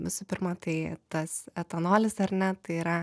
visų pirma tai tas etanolis ar ne tai yra